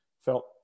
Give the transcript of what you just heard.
felt